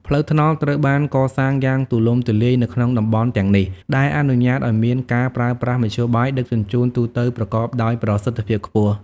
ផ្លូវថ្នល់ត្រូវបានកសាងយ៉ាងទូលំទូលាយនៅក្នុងតំបន់ទាំងនេះ ដែលអនុញ្ញាតឱ្យមានការប្រើប្រាស់មធ្យោបាយដឹកជញ្ជូនទូទៅប្រកបដោយប្រសិទ្ធភាពខ្ពស់